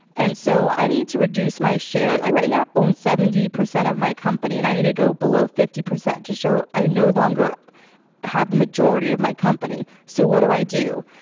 and so i need to reduce my share. i right now own seventy percent of my company, and i need to go below fifty percent to show i no longer have the majority of my company. so what do i do?